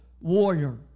warrior